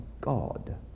God